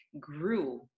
grew